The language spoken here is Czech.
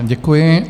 Děkuji.